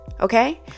okay